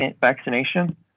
vaccination